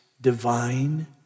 divine